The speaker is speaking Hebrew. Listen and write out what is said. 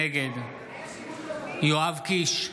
נגד יואב קיש,